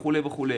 וכו'.